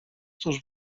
cóż